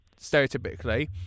stereotypically